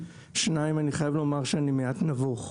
שניים אני חייב לומר שאני מעט נבוך,